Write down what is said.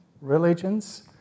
religions